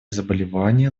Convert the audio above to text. заболевания